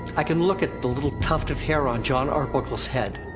i can look at the little tuft of hair on jon arbuckle's head.